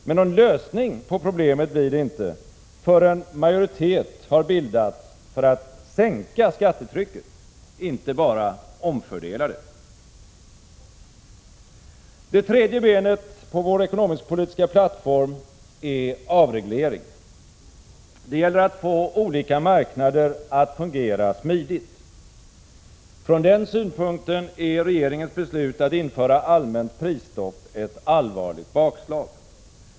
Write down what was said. Men någon lösning på problemen blir det inte förrän majoritet har bildats för att sänka skattetrycket, inte bara omfördela det. Det tredje benet på vår ekonomisk-politiska plattform är avreglering. Det gäller att få olika marknader att fungera smidigt. Från den synpunkten är regeringens beslut att införa allmänt prisstopp ett allvarligt bakslag.